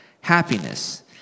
happiness